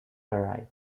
arrive